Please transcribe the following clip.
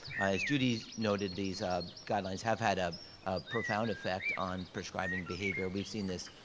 as judy's noted, these guidelines have had a profound effect on prescribing behavior. we've seen this,